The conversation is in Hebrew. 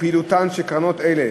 ופעילותן של קרנות אלה.